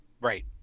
Right